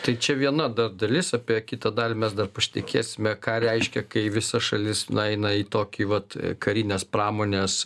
tai čia viena dar dalis apie kitą dalį mes dar pašnekėsime ką reiškia kai visa šalis na eina į tokį vat karinės pramonės